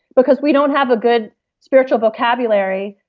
because we don't have a good spiritual vocabulary,